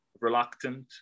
reluctant